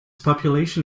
population